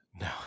No